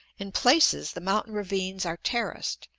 in places the mountain-ravines are terraced,